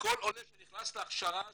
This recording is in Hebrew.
כל עולה שנכנס להכשרה הזו,